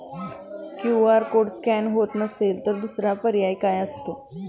QR code scan होत नसेल तर दुसरा पर्याय काय असतो?